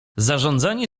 zarządzanie